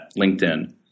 LinkedIn